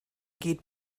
geht